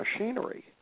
machinery